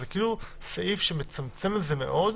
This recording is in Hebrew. זה כאילו סעיף שמצמצם את זה מאוד,